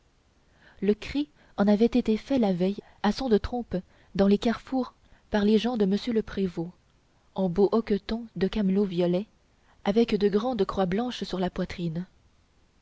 le cri en avait été fait la veille à son de trompe dans les carrefours par les gens de m le prévôt en beaux hoquetons de camelot violet avec de grandes croix blanches sur la poitrine